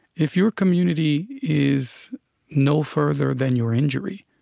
if your community is no further than your injury,